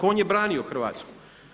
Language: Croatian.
On je branio Hrvatsku.